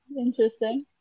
Interesting